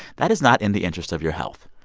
that is not in the interest of your health.